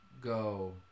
go